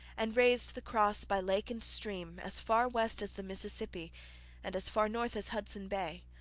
and raised the cross by lake and stream as far west as the mississippi and as far north as hudson bay.